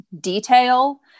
detail